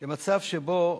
מצב שבו,